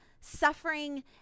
suffering